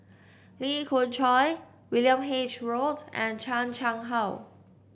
Lee Khoon Choy William H Road and Chan Chang How